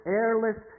airless